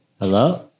Hello